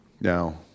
Now